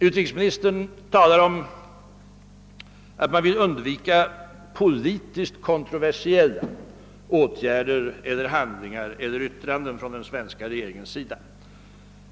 Utrikesministern säger att man vill undvika politiskt kontroversiella handlingar eller yttranden från den svenska regeringen.